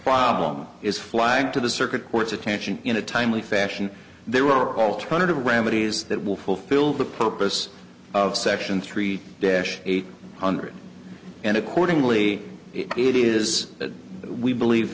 problem is flying to the circuit court's attention in a timely fashion there are alternative remedies that will fulfill the purpose of section three dash eight hundred and accordingly it is that we believe